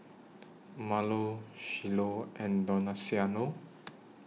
Marlo Shiloh and Donaciano